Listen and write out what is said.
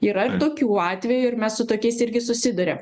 yra ir tokių atvejų ir mes su tokiais irgi susiduriam